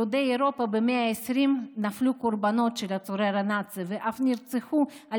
יהודי אירופה במאה ה-20 נפלו קורבן לצורר הנאצי ואף נרצחו על